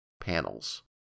panels